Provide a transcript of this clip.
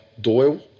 Doyle